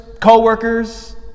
co-workers